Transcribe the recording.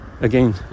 Again